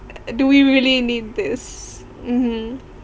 do we really need this mmhmm